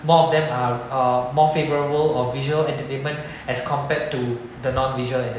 more of them are are more favourable of visual entertainment as compared to the non visual entertainment